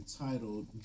entitled